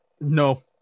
No